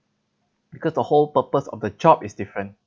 because the whole purpose of the job is different